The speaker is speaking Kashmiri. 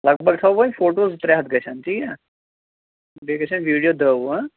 لگ بگ تھاوو وۄنۍ فوٹوٗ زٕ ترٛےٚ ہَتھ گژھن تی یا بیٚیہِ گژھن ویٖڈیو دٔہ وُہ